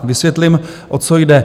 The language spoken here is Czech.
Vysvětlím, o co jde.